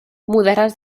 mudaràs